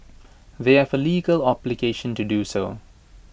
they have A legal obligation to do so